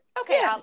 Okay